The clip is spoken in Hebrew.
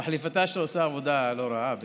ולמחליפתה, שעושה עבודה לא רעה בהחלט.